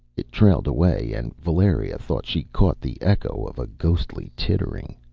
it trailed away, and valeria thought she caught the echo of a ghostly tittering.